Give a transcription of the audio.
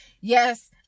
yes